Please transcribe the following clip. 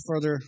further